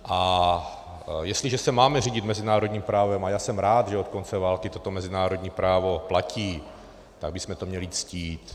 A jestliže se máme řídit mezinárodním právem, a já jsem rád, že od konce války toto mezinárodní právo platí, tak bychom to měli ctít.